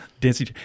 dancing